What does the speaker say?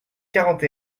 quarante